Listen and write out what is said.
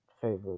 favorite